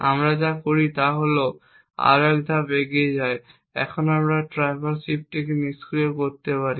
আমরা যা করি তা হল আমরা আরও এক ধাপ এগিয়ে যাই আমরা এই ট্র্যাভার্স হিপটিকে নিষ্ক্রিয় করতে পারি